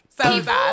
People